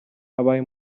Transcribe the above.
abaye